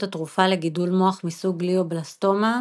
התרופה לגידול מוח מסוג גליובסטומה